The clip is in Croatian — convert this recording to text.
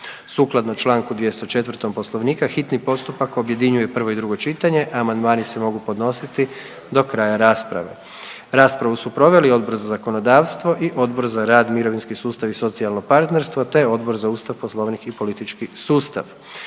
Sukladno čl. 204. Poslovnika, hitni postupak objedinjuje prvo i drugo čitanje, a amandmani se mogu podnositi do kraja rasprave. Raspravu su proveli Odbor za zakonodavstvo i Odbor za rad, mirovinski sustav i socijalno partnerstvo te Odbor za Ustav, Poslovnik i politički sustav.